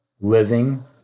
Living